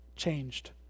changed